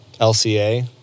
LCA